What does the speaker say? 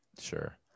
Sure